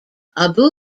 abu